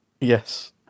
Yes